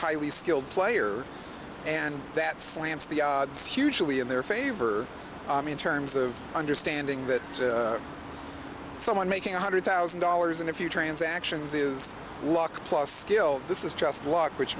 highly skilled player and that slants the odds hugely in their favor in terms of understanding that someone making one hundred thousand dollars in a few transactions is luck plus skill this is just luck which